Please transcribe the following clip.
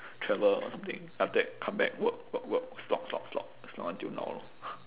travel or something after that come back work work work slog slog slog slog until now lor